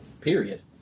period